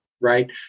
Right